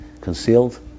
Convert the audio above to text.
concealed